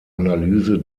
analyse